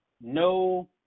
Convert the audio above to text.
No